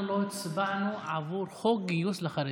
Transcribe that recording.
אנחנו לא הצבענו עבור חוק גיוס לחרדים.